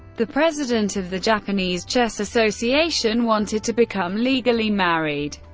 the president of the japanese chess association wanted to become legally married.